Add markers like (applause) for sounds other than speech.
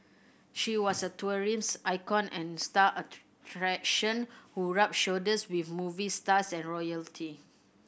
she was a (unintelligible) icon and star attraction who rubbed shoulders with movie stars and royalty